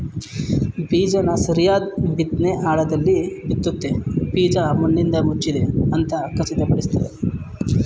ಬೀಜನ ಸರಿಯಾದ್ ಬಿತ್ನೆ ಆಳದಲ್ಲಿ ಬಿತ್ತುತ್ತೆ ಬೀಜ ಮಣ್ಣಿಂದಮುಚ್ಚಿದೆ ಅಂತ ಖಚಿತಪಡಿಸ್ತದೆ